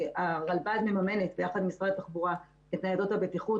הרלב"ד מממנת ביחד עם משרד התחבורה את ניידות הבטיחות.